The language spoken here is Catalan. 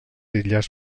illes